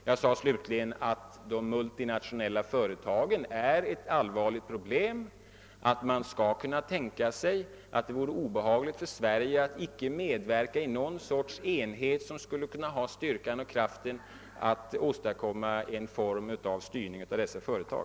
Jag sade slutligen att de multinationella företagen erbjuder vissa allvarliga problem och att man kan tänka sig att det vore obehagligt för Sverige att icke medverka i någon sorts enhet som skulle kunna ha styrkan att åstadkomma en form av styrning av dessa företag.